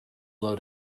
low